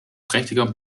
prächtiger